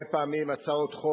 את,